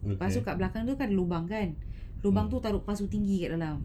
masuk kat belakang tu ada lubang kan lubang tu taruk pasu tinggi kat dalam